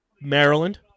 Maryland